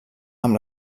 amb